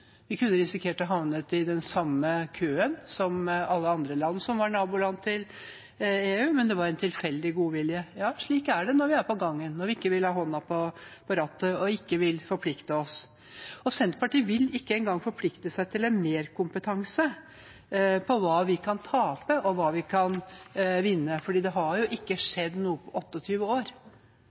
Vi kunne ha risikert å havne i den samme køen som alle andre land som var naboland til EU, men det var en tilfeldig godvilje. Slik er det når vi er på gangen, når vi ikke vil ha hånden på rattet, og når vi ikke vil forplikte oss. Senterpartiet vil ikke engang forplikte seg til en merkompetanse på hva vi kan tape og vinne, for det har jo ikke skjedd noe på 28 år. Det har heller ikke skjedd noe på 8 år,